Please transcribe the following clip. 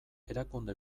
erakunde